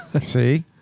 see